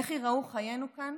איך ייראו חיינו כאן